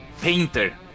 painter